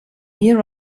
here